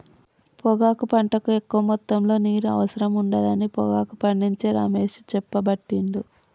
పొగాకు పంటకు ఎక్కువ మొత్తములో నీరు అవసరం ఉండదని పొగాకు పండించే రమేష్ చెప్పబట్టిండు